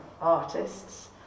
artists